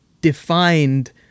defined